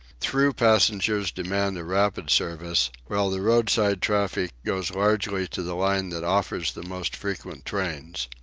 through passengers demand a rapid service while the roadside traffic goes largely to the line that offers the most frequent trains.